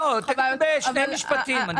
תגידי בבקשה כמה משפטים בעניין,